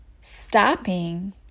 stopping